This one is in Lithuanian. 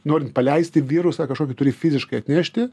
norint paleisti virusą kažkokį turi fiziškai atnešti